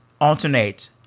alternate